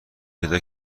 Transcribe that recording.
پیدا